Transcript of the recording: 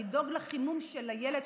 לדאוג לחימום של הילד,